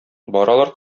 баралар